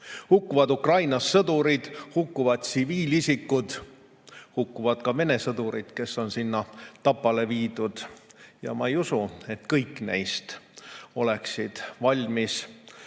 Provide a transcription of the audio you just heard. Hukkuvad Ukraina sõdurid, hukkuvad tsiviilisikud, hukkuvad ka Vene sõdurid, kes on sinna tapale viidud, ja ma ei usu, et kõik neist oleks valmis